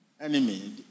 enemy